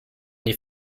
die